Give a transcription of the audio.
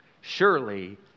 surely